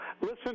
listen